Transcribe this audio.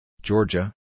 Georgia